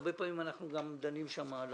הרבה פעמים אנחנו דנים שם גם על